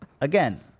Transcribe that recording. again